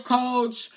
coach